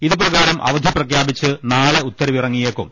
ഇതു പ്രകാരം അവധി പ്രഖ്യാപിച്ച് നാളെ ഉത്തരവിറങ്ങിയേക്കും